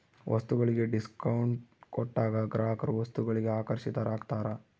ವಸ್ತುಗಳಿಗೆ ಡಿಸ್ಕೌಂಟ್ ಕೊಟ್ಟಾಗ ಗ್ರಾಹಕರು ವಸ್ತುಗಳಿಗೆ ಆಕರ್ಷಿತರಾಗ್ತಾರ